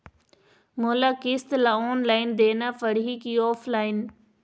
मोला किस्त ला ऑनलाइन देना पड़ही की ऑफलाइन?